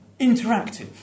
interactive